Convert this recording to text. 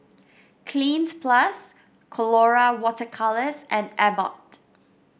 Cleanz Plus Colora Water Colours and Abbott